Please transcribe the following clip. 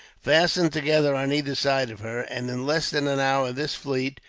fastened together on either side of her, and in less than an hour this fleet,